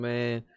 Man